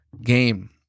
game